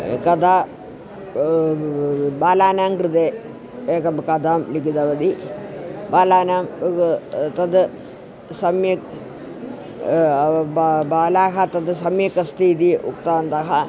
कथा बालानां कृते एका कथा लिखितवती बालाः तद सम्यक् बा बालाः सा सम्यक् अस्ति इति उक्तवन्तः